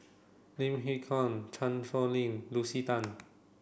Lim Hak Con Chan Sow Lin Lucy Tan